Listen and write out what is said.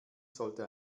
sollte